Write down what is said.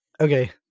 Okay